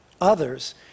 others